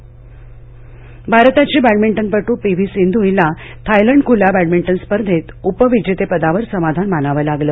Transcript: सिंधू भारताची बॅडमिंटनपट्र P V Sindhu हिला थायलंड खुल्या बॅडमिंटन स्पर्धेत उपविजेतेपदावर समाधान मानावं लागलं